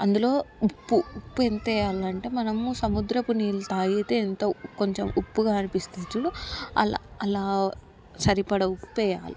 అందులో ఉప్పు ఉప్పు ఎంత వెయ్యాల్లనంటే మనము సముద్రపు నీళ్లు తాగితే ఎంతో కొంచెం ఉప్పుగా అనిపిస్తుంది చూడు అలా అలా సరిపడ ఉప్పెయ్యాలి